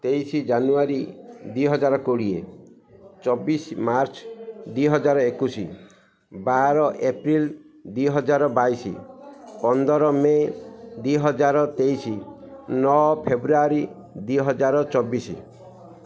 ତେଇଶି ଜାନୁଆରୀ ଦୁଇ ହଜାର କୋଡ଼ିଏ ଚବିଶ ମାର୍ଚ୍ଚ ଦୁଇ ହଜାର ଏକୋଇଶି ବାର ଏପ୍ରିଲ୍ ଦୁଇ ହଜାର ବାଇଶି ପନ୍ଦର ମେ ଦୁଇ ହଜାର ତେଇଶି ନଅ ଫେବୃଆରୀ ଦୁଇ ହଜାର ଚବିଶ